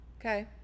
Okay